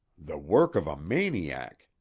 the work of a maniac,